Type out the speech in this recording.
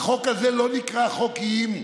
שהחוק הזה לא נקרא חוק איים,